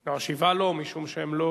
לא, שיבה לא, משום שהם לא